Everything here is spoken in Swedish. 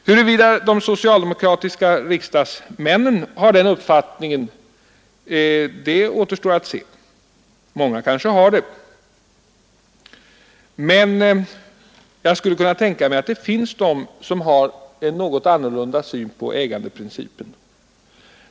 Huruvida de socialdemokratiska riksdagsmännen har den uppfattningen återstår att se. Många kanske har det, men jag skulle kunna tänka mig att det finns de som har en något annorlunda syn på ägandeprincipen.